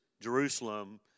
Jerusalem